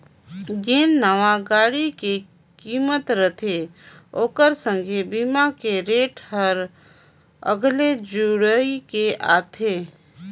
जेन नावां गाड़ी के किमत रथे ओखर संघे बीमा के रेट हर अगले जुइड़ के आथे